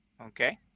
Okay